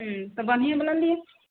हम्म तऽ बढ़िएँवला लिअ